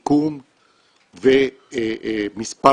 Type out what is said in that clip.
מיקום ומספר